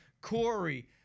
Corey